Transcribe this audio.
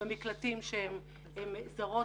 במקלטים 91 נשים זרות.